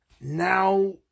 Now